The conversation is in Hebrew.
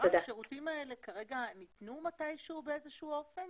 השירותים האלה ניתנו מתי שהוא באיזשהו אופן?